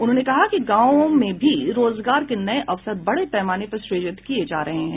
उन्होंने कहा कि गांवों में भी रोजगार के नये अवसर बड़े पैमाने पर सृजित किये जा रहे हैं